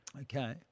Okay